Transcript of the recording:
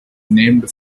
named